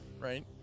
right